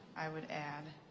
i would add